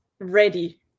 ready